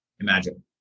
imagine